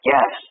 Yes